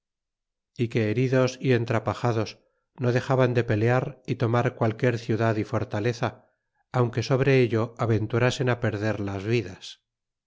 y que heridos y entrapajados no dexaban de pelear y tomar qualquier ciudad y fortaleza aunque sobre ello aventurasen á perder las vidas